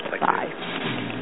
Bye